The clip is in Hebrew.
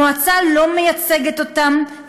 המועצה לא מייצגת אותם,